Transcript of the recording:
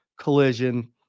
collision